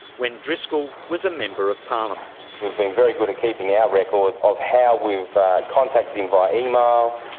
when driscoll was a member of parliament. we've been very good at keeping our records of how we've contacted him via email,